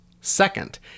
Second